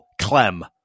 Clem